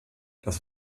das